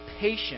patient